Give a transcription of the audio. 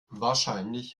wahrscheinlich